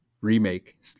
remake